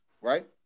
right